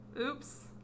Oops